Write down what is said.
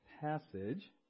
passage